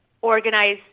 organize